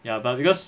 ya but because